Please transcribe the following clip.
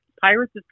Pirates